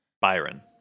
Byron